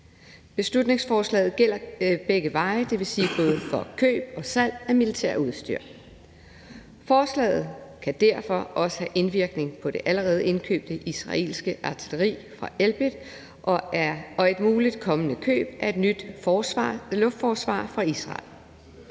Beslutningsforslaget gælder begge veje, dvs. både for køb og salg af militærudstyr. Forslaget kan derfor også have indvirkning på det allerede indkøbte israelske artilleri fra Elbit og et muligt kommende køb af et nyt luftforsvar fra Israel.